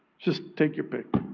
just take your pick.